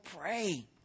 pray